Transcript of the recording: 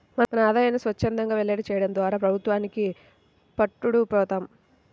మన ఆదాయాన్ని స్వఛ్చందంగా వెల్లడి చేయడం ద్వారా ప్రభుత్వానికి పట్టుబడి పోతాం